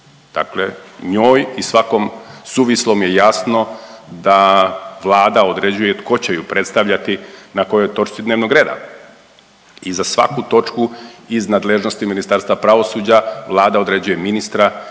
Dakle njoj i svakom suvislom je jasno da Vlada određuje tko će je predstavljati na kojoj točci dnevnog reda. I za svaku točku iz nadležnosti Ministarstva pravosuđa Vlada određuje ministra